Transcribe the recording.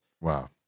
Wow